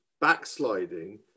backsliding